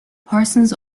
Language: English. parsons